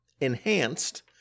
enhanced